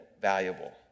valuable